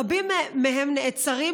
רבים מהם נעצרים,